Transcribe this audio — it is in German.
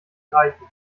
reichen